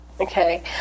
okay